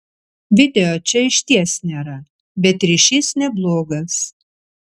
video čia išties nėra bet ryšys neblogas